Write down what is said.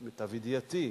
למיטב ידיעתי,